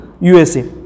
USA